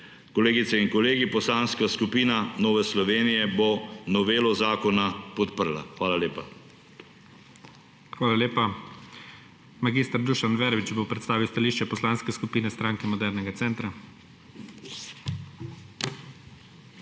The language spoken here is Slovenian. Kolegice in kolegi! Poslanska skupina Nove Slovenije bo novelo zakona podprla. Hvala lepa. PREDSEDNIK IGOR ZORČIČ: Hvala lepa. Mag. Dušan Verbič bo predstavil stališče Poslanske skupine Stranke modernega centra.